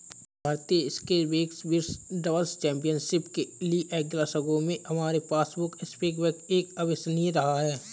भारतीय स्क्वैश विश्व doubles championship के लिएग्लासगो में हमारे पास स्क्वैश एक अविश्वसनीय रहा है